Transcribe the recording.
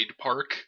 Park